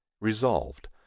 Resolved